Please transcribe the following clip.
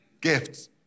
gifts